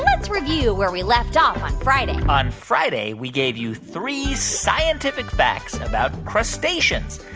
let's review where we left off on friday on friday, we gave you three scientific facts about crustaceans.